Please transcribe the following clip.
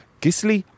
Gisli